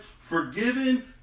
forgiven